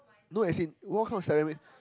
no as in what kind of ceremony